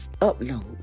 upload